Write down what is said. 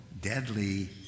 deadly